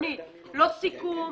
לא סיכום,